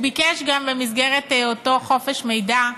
במסגרת אותו חופש מידע,